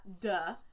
Duh